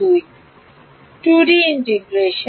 2 D integration